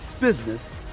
business